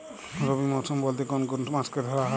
রবি মরশুম বলতে কোন কোন মাসকে ধরা হয়?